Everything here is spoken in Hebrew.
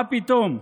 מה פתאום?